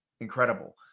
incredible